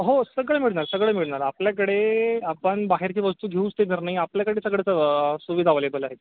हो सगळं मिळणार सगळं मिळणार आपल्याकडे आपण बाहेरची वस्तू घेऊच देणार नाही आपल्याकडे सगळं सुविधा ॲवेलेबल आहे